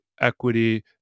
equity